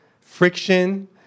friction